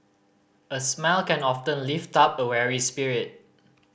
a smile can often lift up a weary spirit